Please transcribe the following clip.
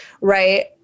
right